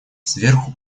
сверху